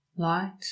Light